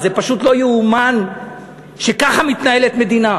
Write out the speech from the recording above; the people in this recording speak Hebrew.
זה פשוט לא ייאמן שככה מתנהלת מדינה